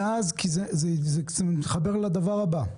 זה מתחבר לדבר הבא: